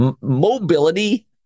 Mobility